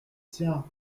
tiens